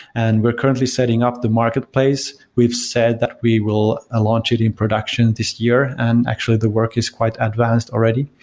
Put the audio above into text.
and we're currently setting up the marketplace. we've said that we will ah launch it in production this year, and actually the work is quite advanced already.